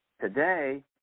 Today